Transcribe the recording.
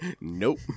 nope